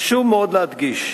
חשוב מאוד להדגיש